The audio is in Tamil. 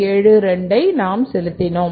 72 செலுத்தினோம்